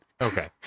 Okay